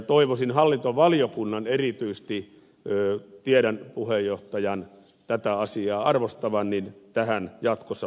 toivoisin hallintovaliokunnan erityisesti tiedän puheenjohtajan tätä asiaa arvostavan tähän jatkossa paneutuvan